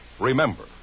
remember